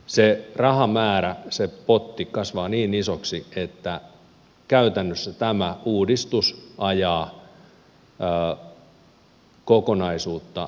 se rahamäärä se potti kasvaa niin isoksi että käytännössä tämä uudistus ajaa kokonaisuutta eriarvoisempaan asemaan kuin nykyään